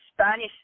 Spanish